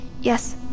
Yes